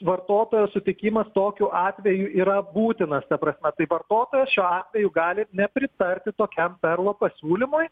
vartotojo sutikimas tokiu atveju yra būtinas ta prasme tai vartotojas šiuo atveju gali nepritarti tokiam perlo pasiūlymui